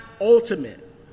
ultimate